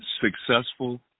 successful